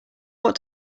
what